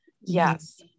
yes